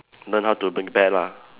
learn how to prepare lah